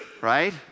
Right